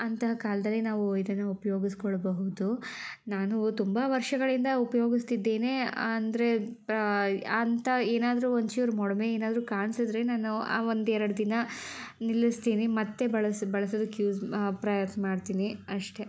ಅಂತಹ ಕಾಲದಲ್ಲಿ ನಾವು ಇದನ್ನು ಉಪಯೋಗಿಸ್ಕೊಳ್ಬಹುದು ನಾನು ತುಂಬ ವರ್ಷಗಳಿಂದ ಉಪಯೋಗಿಸ್ತಿದ್ದೇನೆ ಅಂದರೆ ಅಂಥ ಏನಾದರೂ ಒಂಚೂರು ಮೊಡವೆ ಏನಾದರೂ ಕಾಣ್ಸಿದ್ರೆ ನಾನು ಆ ಒಂದು ಎರಡು ದಿನ ನಿಲ್ಲಿಸ್ತೀನಿ ಮತ್ತೆ ಬಳಸಿ ಬಳಸೋದಕ್ಕೆ ಯೂಸ್ ಪ್ರಯತ್ನ ಮಾಡ್ತೀನಿ ಅಷ್ಟೆ